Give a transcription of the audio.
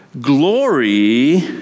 glory